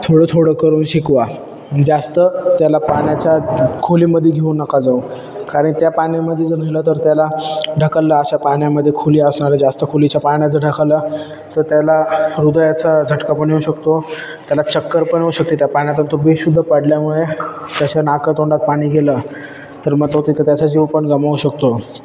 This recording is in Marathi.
थोडं थोडं करून शिकवा जास्त त्याला पाण्याच्या खोलीमध्ये घेऊ नका जाऊ कारण त्या पाण्यामध्ये जर झालं तर त्याला ढकललं अशा पाण्यामध्ये खोली असणार आहे जास्त खोलीच्या पाण्यात जर ढकललं तर त्याला हृदयाचा झटका पण येऊ शकतो त्याला चक्कर पण येऊ शकते त्या पाण्यात तो बेशुद्ध पडल्यामुळे त्याच्या नाकातोंडात पाणी गेलं तर मग तो तिथं त्याचा जीव पण गमावू शकतो